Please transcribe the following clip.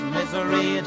misery